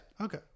Okay